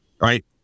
right